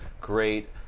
great